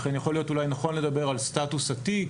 לכן יכול להיות אולי נכון לדבר על סטטוס התיק,